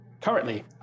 currently